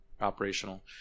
operational